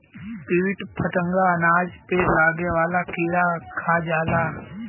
कीट फतंगा अनाज पे लागे वाला कीड़ा के खा जाला